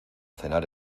cenar